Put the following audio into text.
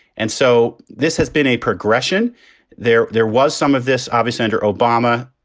and so this has been a progression there. there was some of this obvious senator obama.